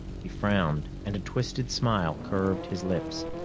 he frowned, and a twisted smile curved his lips.